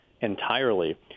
entirely